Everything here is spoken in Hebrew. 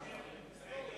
נמנע?